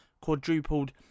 quadrupled